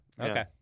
Okay